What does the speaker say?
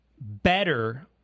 better